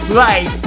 right